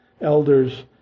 elders